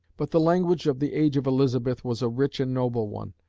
but the language of the age of elizabeth was a rich and noble one,